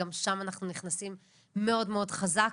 וגם שם אנחנו נכנסים מאוד מאוד חזק.